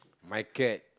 my cat